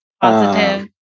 Positive